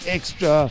Extra